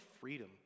freedom